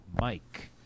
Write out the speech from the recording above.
Mike